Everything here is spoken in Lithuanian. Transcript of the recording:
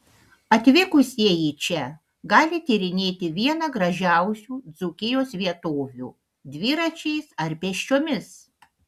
atvykusieji čia gali tyrinėti vieną gražiausių dzūkijos vietovių dviračiais ar pėsčiomis